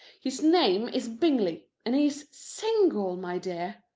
his name is bingley, and he is single, my dear.